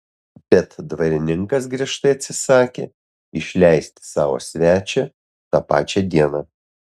bet dvarininkas griežtai atsisakė išleisti savo svečią tą pačią dieną